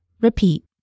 Repeat